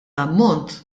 ammont